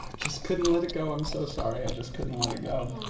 just couldn't let it go. i'm so sorry. i just couldn't let it go.